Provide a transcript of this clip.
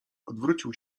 odwrócił